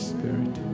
Spirit